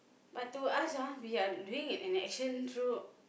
but to us ah we are doing an action through